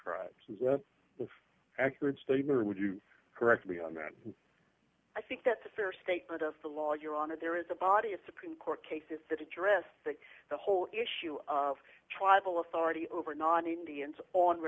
tribes and accurate statement would you correct me on that i think that's a fair statement of the law your honor there is a body of supreme court cases that address that the whole issue of tribal authority over non indians on